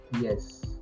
Yes